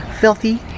filthy